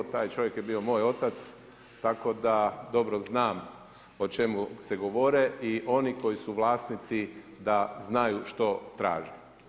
Taj čovjek je bio moj otac, tako da dobro znam o čemu se govori i oni koji su vlasnici da znaju što traže.